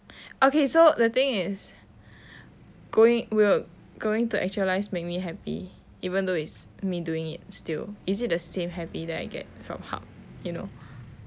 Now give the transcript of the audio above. okay so the thing is going we're going to actualize make me happy even though it's me doing it still is it the same happy that I get from how you know